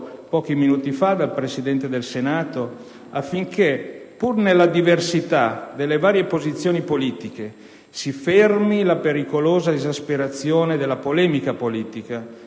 pochi minuti fa dal Presidente del Senato affinché, pur nella diversità delle varie posizioni politiche, si fermi la pericolosa esasperazione della polemica politica